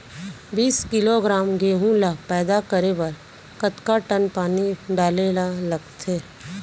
बीस किलोग्राम गेहूँ ल पैदा करे बर कतका टन पानी डाले ल लगथे?